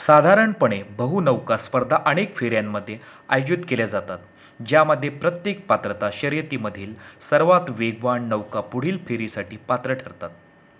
साधारणपणे बहुनौका स्पर्धा अनेक फेऱ्यांमध्ये आयोजित केल्या जातात ज्या मध्ये प्रत्येक पात्रता शर्यतीमधील सर्वात वेगवान नौका पुढील फेरीसाठी पात्र ठरतात